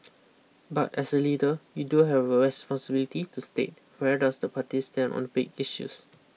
but as a leader you do have a responsibility to state where does the party stand on big issues